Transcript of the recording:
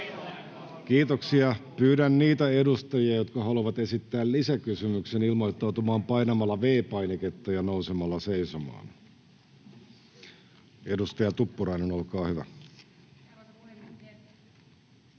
Kiitoksia. — Pyydän niitä edustajia, jotka haluavat esittää lisäkysymyksen, ilmoittautumaan painamalla V-painiketta ja nousemalla seisomaan. — Edustaja Tuppurainen, olkaa hyvä.